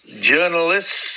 Journalists